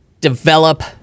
develop